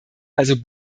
also